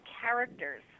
characters